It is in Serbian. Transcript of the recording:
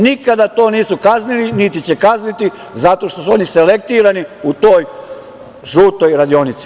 Nikada to nisu kaznili, niti će kazniti, zato što su oni selektirani u toj žutoj radionici.